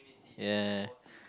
ya